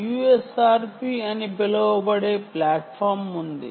USRP అని పిలువబడే platform ఉంది